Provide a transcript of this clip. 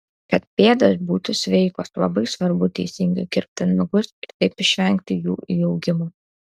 kad pėdos būtų sveikos labai svarbu teisingai kirpti nagus ir taip išvengti jų įaugimo